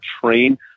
train